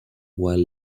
while